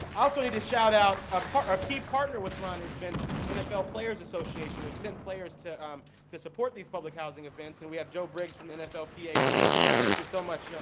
also need to shout out ah a key partner with ron has been the nfl players association have sent players to um to support these public housing events. and we have joe briggs from the nflpa here. thank you so much, joe.